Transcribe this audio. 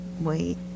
Wait